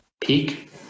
peak